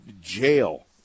jail